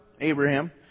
Abraham